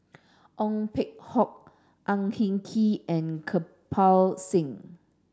Ong Peng Hock Ang Hin Kee and Kirpal Singh